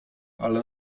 ale